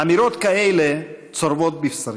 אמירות כאלה צורבות בבשרי,